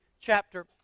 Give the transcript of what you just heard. chapter